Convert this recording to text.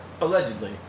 Allegedly